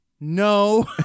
No